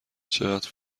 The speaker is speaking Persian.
چقدر